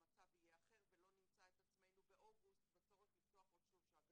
המצב יהיה אחר ולא נמצא את עצמנו באוגוסט בצורך לפתוח עוד שלושה גנים.